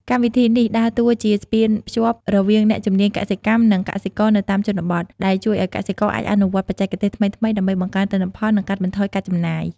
កម្មវិធីនេះដើរតួជាស្ពានភ្ជាប់រវាងអ្នកជំនាញកសិកម្ម និងកសិករនៅតាមជនបទ ដែលជួយឲ្យកសិករអាចអនុវត្តបច្ចេកទេសថ្មីៗដើម្បីបង្កើនទិន្នផល និងកាត់បន្ថយការចំណាយ។